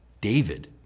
David